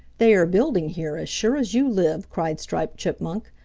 they are building here, as sure as you live! cried striped chipmunk.